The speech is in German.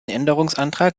änderungsantrag